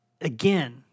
Again